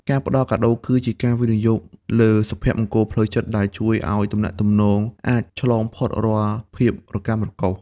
ការផ្ដល់កាដូគឺជាការវិនិយោគលើសុភមង្គលផ្លូវចិត្ត ដែលជួយឱ្យទំនាក់ទំនងអាចឆ្លងផុតរាល់ភាពរកាំរកូស។